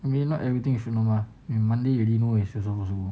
I mean not everything you should know mah monday you already know is